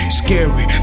scary